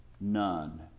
none